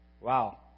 Wow